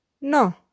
No